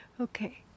okay